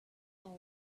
our